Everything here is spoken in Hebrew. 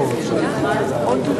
מכל